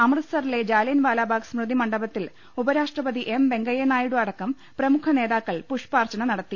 അമൃത്സറിലെ ജാലിയൻവാലാബാഗ് സ്മൃതി മണ്ഡപത്തിൽ ഉപരാഷ്ട്രപതി എം വെങ്കയ്യനായിഡു അടക്കം പ്രമുഖനേതാക്കൾ പുഷ്പാർച്ചന നടത്തി